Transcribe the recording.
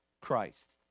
Christ